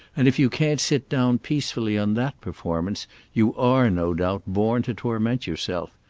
and if you can't sit down peacefully on that performance you are, no doubt, born to torment yourself.